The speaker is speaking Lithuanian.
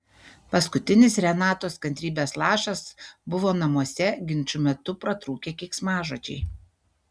paskutinis renatos kantrybės lašas buvo namuose ginčų metu pratrūkę keiksmažodžiai